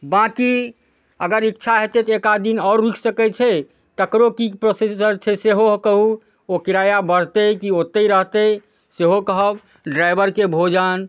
बाँकी अगर इच्छा हेतै तऽ एकाध दिन आओर रुकि सकै छै तकरो कि प्रोसिजर छै सेहो कहू ओ किराआ बढ़तै कि ओत्ते रहतै सेहो कहब ड्राइवरके भोजन